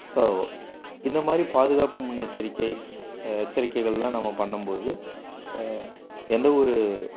so இந்த மாதிரி பாதுகாப்பு முன்னெச்சரிக்கைஸ் எச்சரிக்கைகள்லாம் நம்ம பண்ணும் போது எந்த ஒரு